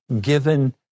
given